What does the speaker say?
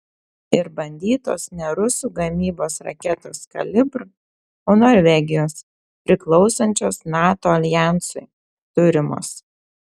ir bandytos ne rusų gamybos raketos kalibr o norvegijos priklausančios nato aljansui turimos